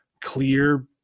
clear